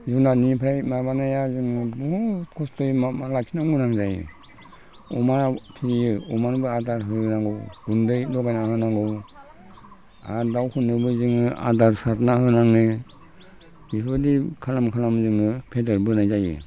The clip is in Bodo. जुनारनिफ्राय तारमाने जोङो बहुत कस्त'यै मावना लाखिनो गोनां जायो अमा फिसियो अमानोबो आदार होनांगौ गुन्दै लगायना होनांगौ आरो दाउफोरनोबो जोङो आदार सारना होनाङो बेफोरबायदि खालामै खालामै जोङो फेदेरबोनाय जायो